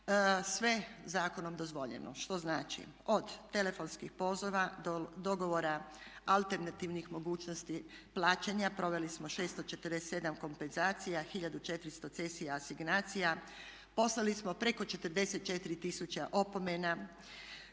sve zakonom dozvoljeno što znači od telefonskih poziva, dogovora, alternativnih mogućnosti plaćanja, proveli smo 647 kompenzacija, 1400 cesija asignacija, poslali smo preko 44 tisuće opomena